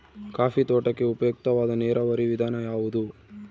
Coffee ತೋಟಕ್ಕೆ ಉಪಯುಕ್ತವಾದ ನೇರಾವರಿ ವಿಧಾನ ಯಾವುದು?